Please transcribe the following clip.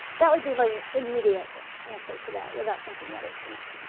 that would be my immediate answer to that without thinking about it too much.